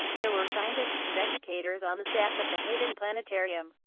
there were scientists and educators on the staff at the hayden planetarium.